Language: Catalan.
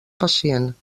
pacient